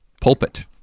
pulpit